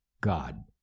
God